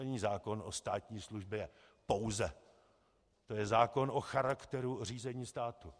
To není zákon o státní službě pouze, to je zákon o charakteru řízení státu.